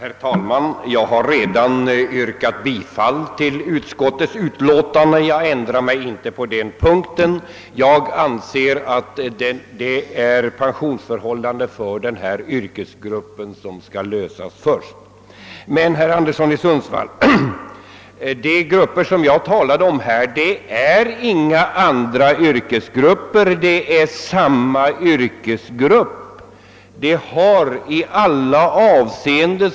Herr talman! Jag har redan yrkat bifall till utskottets hemställan och ändrar mig inte på den punkten, efter Som jag anser att pensionsfrågan först bör lösas för gruvarbetarna. De grupper som jag talade om, herr Anderson i Sundsvall, tillhör inte andra yrkesgrupper utan ingår i samma yrkesgrupp.